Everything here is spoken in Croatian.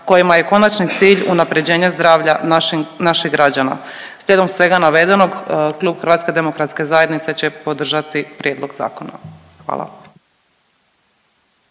kojima je konačni cilj unapređenje zdravlja naših građana. Slijedom svega navedenog klub Hrvatske demokratske zajednice će podržati prijedlog zakona. Hvala.